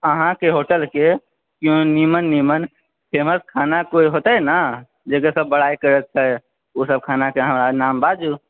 अहाँके होटलके नीमन नीमन फेमस खाना कोइ होतै ने जेकर सब बड़ाइ करै छै ओसब खानाके अहाँ हमरा नाम बाजु